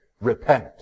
repent